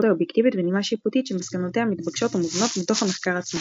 אובייקטיבית ונימה שיפוטית ושמסקנותיה מתבקשות ומובנות מתוך המחקר עצמו.